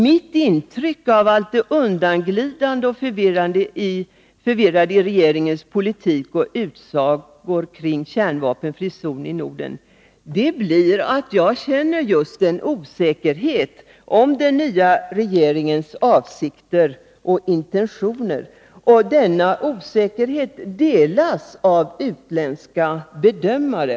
Mitt intryck av allt det undanglidande och förvirrade i regeringens politik och utsagor kring frågan om en kärnvapenfri zon i Norden gör att jag känner osäkerhet om den nya regeringens avsikter och intentioner. Denna osäkerhet Nr 31 delas av utländska bedömare.